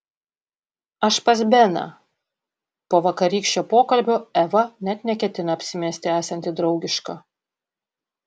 aš pas beną po vakarykščio pokalbio eva net neketina apsimesti esanti draugiška